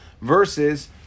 versus